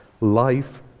life